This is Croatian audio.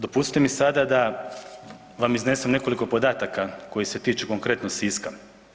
Dopustite mi sada da vam iznesem nekoliko podataka koji se tiču konkretno Siska.